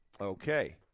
okay